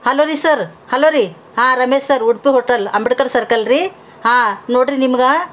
hello ರೀ sir hello ರೀ ಹಾಂ Ramesh sir Udupi hotel Ambedkar circle ರೀ ಹಾಂ ನೋಡ್ರಿ ನಿಮ್ಗೆ